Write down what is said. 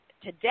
today